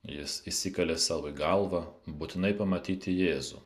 jis įsikalė sau į galvą būtinai pamatyti jėzų